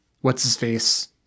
what's-his-face